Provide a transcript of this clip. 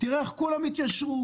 תראה איך כולם יתיישרו.